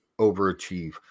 overachieve